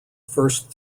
first